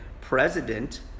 president –